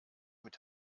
mit